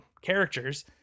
characters